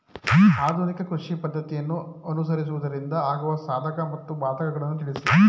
ಆಧುನಿಕ ಕೃಷಿ ಪದ್ದತಿಯನ್ನು ಅನುಸರಿಸುವುದರಿಂದ ಆಗುವ ಸಾಧಕ ಮತ್ತು ಬಾಧಕಗಳನ್ನು ತಿಳಿಸಿ?